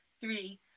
three